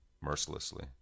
mercilessly